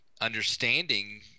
understanding